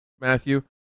Matthew